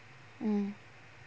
mm